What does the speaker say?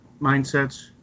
mindsets